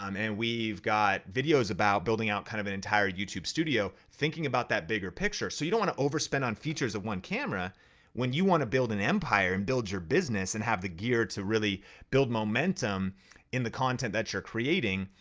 um and we've got videos about building out kind of an entire youtube studio, thinking about that bigger picture. so you don't wanna overspend on features of one camera when you wanna build an empire and build your business and have the gear to really build momentum in the content that you're creating.